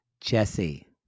Jesse